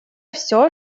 все